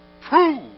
Prove